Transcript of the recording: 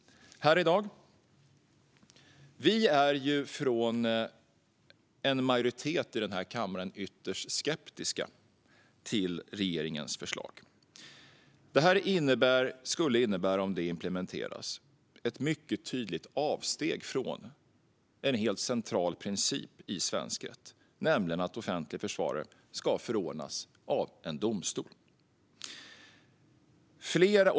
En majoritet i kammaren är ytterst skeptisk till regeringens förslag. Om detta implementerades skulle det innebära ett mycket tydligt avsteg från en helt central princip i svensk rätt: att offentlig försvarare ska förordnas av en domstol.